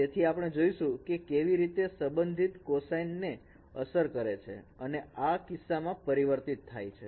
તેથી આપણે જોઇશું કે કેવી રીતે સંબંધિત કોસાઈન ને અસર કરે છે અને આ કિસ્સામાં પરિવર્તિત થાય છે